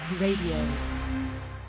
radio